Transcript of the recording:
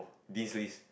this ways